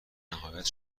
نهایت